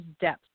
depth